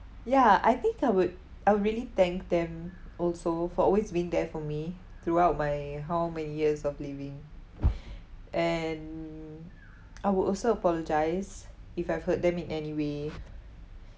ya I think I would I would really thank them also for always being there for me throughout my how many years of living and I would also apologise if I've hurt them in any way